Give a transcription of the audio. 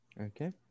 Okay